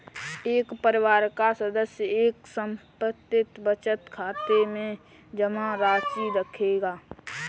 एक परिवार का सदस्य एक समर्पित बचत खाते में जमा राशि रखेगा